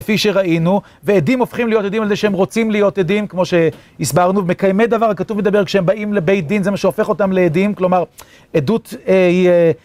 כפי שראינו, ועדים הופכים להיות עדים על זה שהם רוצים להיות עדים, כמו שהסברנו, ומקיימי דבר, הכתוב מדבר, כשהם באים לבית דין זה מה שהופך אותם לעדים, כלומר, עדות היא...